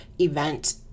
event